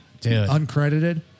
Uncredited